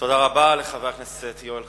תודה רבה לחבר הכנסת יואל חסון.